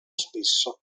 spesso